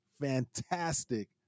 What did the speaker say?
fantastic